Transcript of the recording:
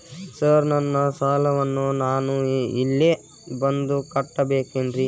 Sir ನನ್ನ ಸಾಲವನ್ನು ನಾನು ಇಲ್ಲೇ ಬಂದು ಕಟ್ಟಬೇಕೇನ್ರಿ?